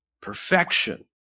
perfection